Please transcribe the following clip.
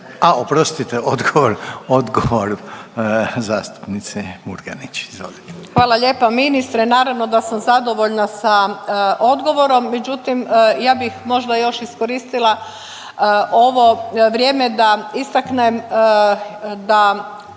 izvolite. **Murganić, Nada (HDZ)** Hvala lijepa ministre. Naravno da sam zadovoljna sa odgovorom, međutim ja bih možda još iskoristila ovo vrijeme da istaknem da